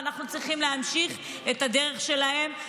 ואנחנו צריכים להמשיך את הדרך שלהם,